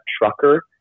trucker